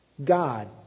God